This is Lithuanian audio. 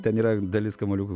ten yra dalis kamuoliukų